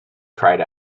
cried